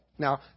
Now